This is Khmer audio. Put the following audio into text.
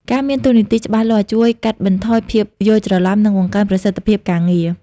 ការមានតួនាទីច្បាស់លាស់ជួយកាត់បន្ថយភាពយល់ច្រឡំ និងបង្កើនប្រសិទ្ធភាពការងារ។